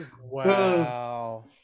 wow